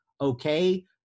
okay